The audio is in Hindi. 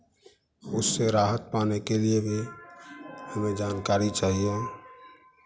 उससे राहत पाने के लिए भी हमें जानकारी चाहिए